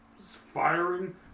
firing